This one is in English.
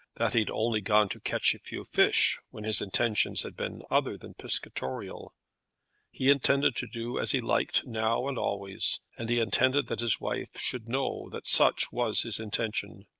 that he had only gone to catch a few fish, when his intentions had been other than piscatorial he intended to do as he liked now and always and he intended that his wife should know that such was his intention.